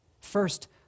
First